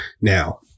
Now